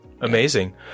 amazing